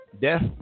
death